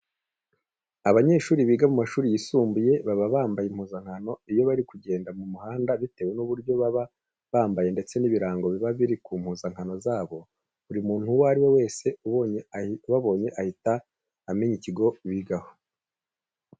Abanyeshuri biga mu mashuri yisumbuye baba bambaye impuzankano. Iyo bari kugenda mu muhanda bitewe n'uburyo baba bambaye ndetse n'ibirango biba biri ku mpuzankano zabo, buri muntu uwo ari we wese ubabonye ahita amenya ikigo bigaho.